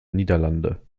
niederlande